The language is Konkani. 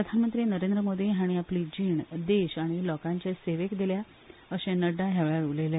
प्रधानमंत्री नरेंद्र मोदी हाणीं आपली जीण देश आनी लोकांचे सेवेक दिल्या अशें नड्डा हया वेळार उलयले